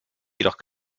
jedoch